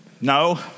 no